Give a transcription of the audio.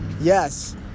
Yes